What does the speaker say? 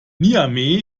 niamey